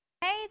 Hey